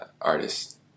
artist